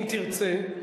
אם תרצה,